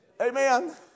Amen